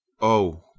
Oh